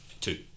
Two